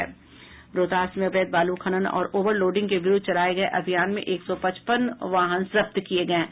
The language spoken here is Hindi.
रोहतास में अवैध बालू खनन और ओवर लोडिग के विरूद्ध चलाये गये अभियान में एक सौ पचपन वाहन जब्त किये गये हैं